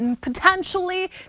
Potentially